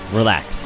relax